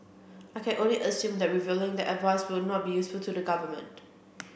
I can only assume that revealing the advice would not be useful to the government